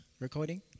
recording